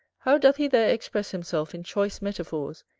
how doth he there express himself in choice metaphors,